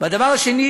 והדבר השני,